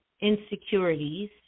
insecurities